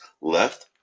left